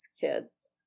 kids